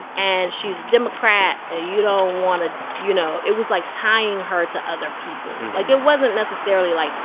and she's democrat. and you don't want to you know, it was, like, tying her to other people. like, it wasn't necessarily like,